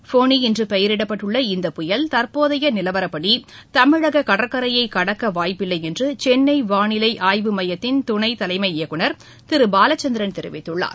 ஃபோனிஎன்றுபெயரிடப்பட்டுள்ள இந்கப் புயல் தற்போதையநிலவரப்படிதமிழககடற்கரையைகடக்கவாய்ப்பில்லைஎன்றுசென்னைவாளிலைஆய்வு மையத்தின் துணைதலைமை இயக்குனர் திருபாலச்சந்திரன் தெரிவித்துள்ளார்